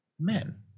men